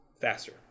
faster